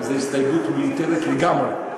אז ההסתייגות מיותרת לגמרי.